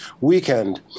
weekend